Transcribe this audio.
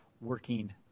working